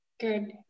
good